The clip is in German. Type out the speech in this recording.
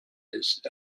ist